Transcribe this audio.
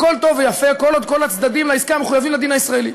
הכול טוב ויפה כל עוד כל הצדדים לעסקה מחויבים לדין הישראלי.